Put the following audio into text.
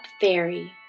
fairy